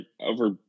over